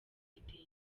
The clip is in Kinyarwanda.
bitenge